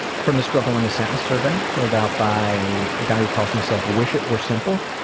from the struggle in a sentence survey filled out by a guy who calls himself wishitweresimple.